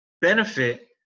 benefit